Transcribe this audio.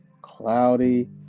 Cloudy